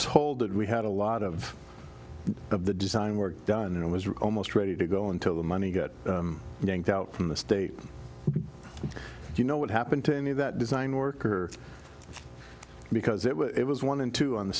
told that we had a lot of of the design work done and it was almost ready to go until the money got yanked out from the state and you know what happened to any of that design work or because it was one and two on the